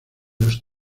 los